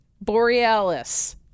Borealis